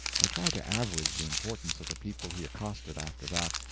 i tried to average the importance of the people he accosted after that,